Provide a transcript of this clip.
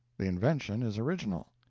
the invention is original.